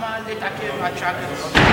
למה להתעכב עד שעה כזאת?